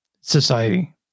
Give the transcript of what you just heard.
society